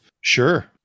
sure